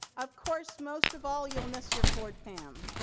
of course, most of all, you'll miss your ford fam.